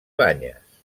banyes